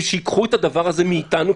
ושייקחו את הדבר הזה מאיתנו,